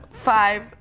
five